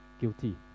guilty